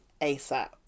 ASAP